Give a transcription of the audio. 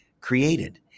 created